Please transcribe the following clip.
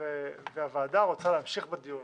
והוועדה רוצה להמשיך בדיון,